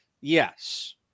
Yes